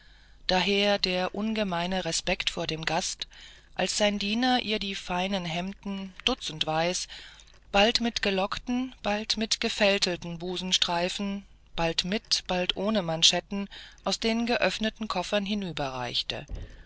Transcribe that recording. daher der ungemeine respekt vor dem gast als sein diener ihr die feinen hemden dutzendweis bald mit gelockten bald mit gefältelten busenstreifen bald mit bald ohne manschetten aus den geöffneten koffern